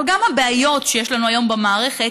אבל הבעיות שיש לנו היום במערכת,